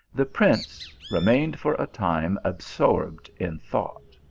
the prince remained for a time absorbed in thought.